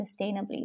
sustainably